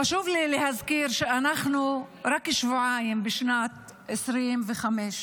חשוב לי להזכיר שאנחנו רק שבועיים בשנת 2025,